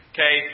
Okay